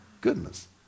goodness